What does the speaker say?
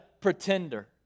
pretender